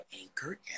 Anchor